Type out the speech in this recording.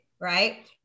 right